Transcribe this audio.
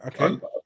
Okay